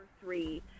three